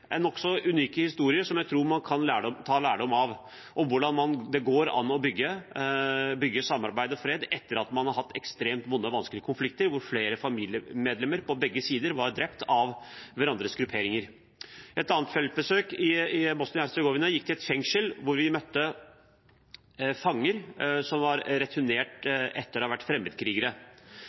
en nokså unik historie som jeg tror man kan ta lærdom av – om hvordan det går an å bygge samarbeid og fred etter ekstremt vonde og vanskelige konflikter, der flere familiemedlemmer på begge sider var drept av hverandres grupperinger. Et annet feltbesøk i Bosnia-Hercegovina gikk til et fengsel hvor vi møtte fanger som hadde returnert etter å ha vært fremmedkrigere.